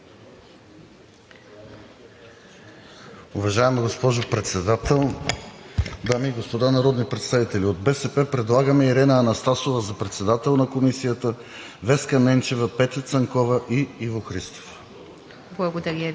Уважаема госпожо Председател, дами и господа народни представители! От БСП предлагаме Ирена Анастасова за председател на Комисията, Веска Ненчева, Петя Цанкова и Иво Христов.